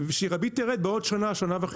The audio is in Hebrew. שהריבית תרד עוד שנה-שנה וחצי,